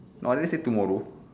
no I didn't say tomorrow